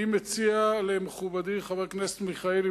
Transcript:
אני מציע למכובדי חבר הכנסת מיכאלי